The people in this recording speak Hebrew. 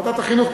ועדת החינוך?